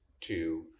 two